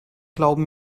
glauben